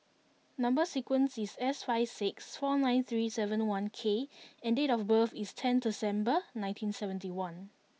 number sequence is S five six four nine three seven one K and date of birth is ten December nineteen seventy one